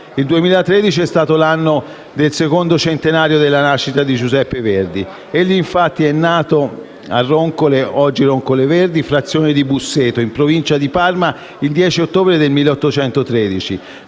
Il 2013 è stato l'anno del secondo centenario della nascita di Giuseppe Verdi; egli è infatti nato a Le Roncole (oggi Roncole Verdi) frazione di Busseto, in provincia di Parma, il 10 ottobre 1813.